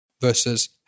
versus